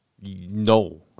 No